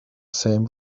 same